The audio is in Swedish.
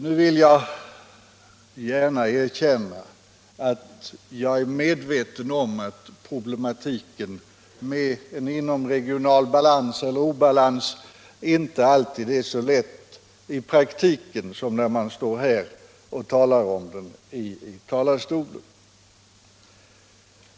Nu vill jag gärna erkänna att jag är medveten om att problematiken med en inomregional balans eller obalans inte alltid är så lätt i praktiken som när man står här och talar om den.